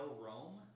Rome